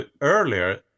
earlier